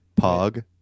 Pog